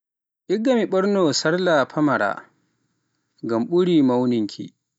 Igga mi ɓorno sarla famara, ngam ɓuri mawninki.